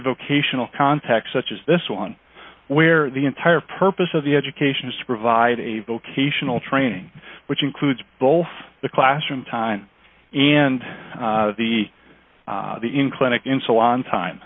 vocational context such as this one where the entire purpose of the education is to provide a vocational training which includes both the classroom time and the clinic in so on time